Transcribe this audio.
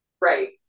right